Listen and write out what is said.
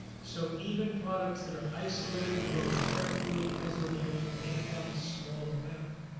so even products that are isolated, grown carefully as organic may have a small amount.